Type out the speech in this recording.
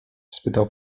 spytał